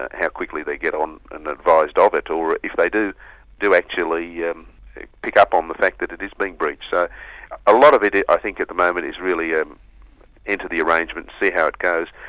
ah how quickly they get on and are advised ah of it, or if they do do actually yeah pick up on the fact that it is being breached. so a lot of it it i think at the moment is really ah enter the arrangement, see how it goes,